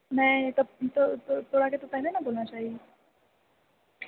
नहि तऽ तऽ तोराके तऽ तहने ने बोलना चाही